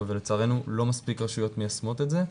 אבל לצערנו לא מספיק רשויות מיישמות את זה,